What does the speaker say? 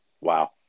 wow